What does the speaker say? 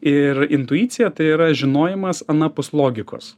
ir intuicija tai yra žinojimas anapus logikos